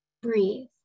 Breathe